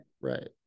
Right